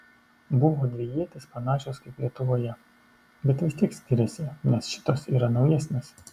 buvo dvi ietys panašios kaip lietuvoje bet vis tiek skiriasi nes šitos yra naujesnės